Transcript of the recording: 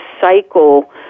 cycle